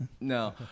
No